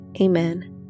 Amen